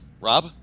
Rob